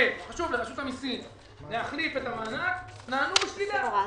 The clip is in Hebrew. לרשות המיסים, להחליף את המענק, נענו בשלילה.